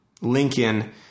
Lincoln